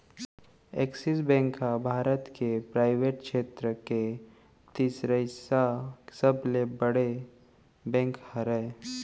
axis bank ह भारत के private छेत्र के तिसरइसा सबले बड़े बेंक हरय